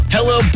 Hello